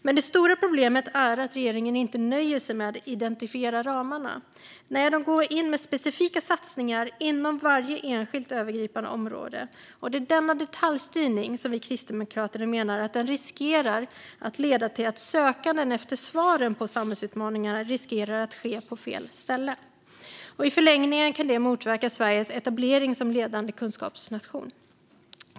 Men det stora problemet är att regeringen inte nöjer sig med att identifiera ramarna. Nej, man går in med specifika satsningar inom varje enskilt övergripande område. Denna detaljstyrning menar vi kristdemokrater riskerar att leda till att sökandet efter svaren på samhällsutmaningarna riskerar att ske på fel ställe. I förlängningen kan detta motverka Sveriges etablering som ledande kunskapsnation.